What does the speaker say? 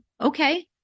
okay